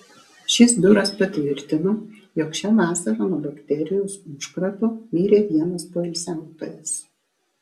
šis biuras patvirtino jog šią vasarą nuo bakterijos užkrato mirė vienas poilsiautojas